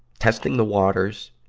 testing the waters,